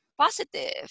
positive